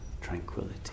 tranquility